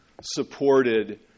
supported